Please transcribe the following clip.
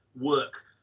work